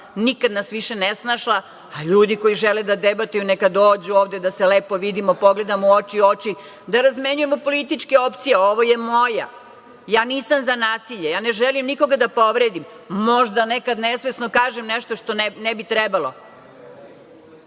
nikad nas više ne snašla, a ljudi koji žele da debatuju neka dođu ovde da se lepo vidimo, pogledamo u oči u oči, da razmenjujemo političke opcije, ovo je moja. Ja nisam za nasilje, ja ne želim nikoga da povredim. Možda nekad nesvesno kažem nešto što ne bi trebalo,